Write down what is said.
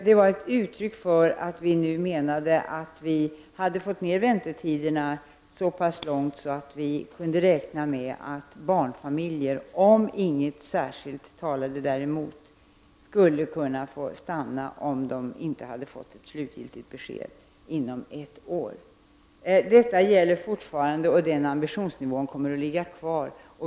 Det var ett uttryck för att vi tyckte att vi nu hade fått ner väntetiderna så pass att vi kunde räkna med att barnfamiljer, om ingenting särskilt talade däremot, skulle få stanna om de inte hade fått ett slutgiltigt besked inom ett år. Det gäller fortfarande, och den ambititionen kommer att ligga kvar.